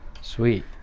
Sweet